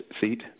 seat